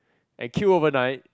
and queue overnight